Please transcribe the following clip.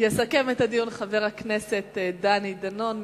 יסכם את הדיון חבר הכנסת דני דנון,